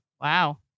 Wow